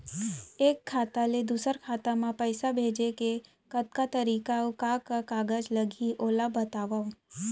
एक खाता ले दूसर खाता मा पइसा भेजे के कतका तरीका अऊ का का कागज लागही ओला बतावव?